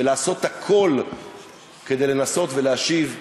ולעשות הכול כדי לנסות ולהשיב בקרוב,